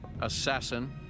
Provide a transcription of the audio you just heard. assassin